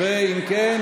ואם כן,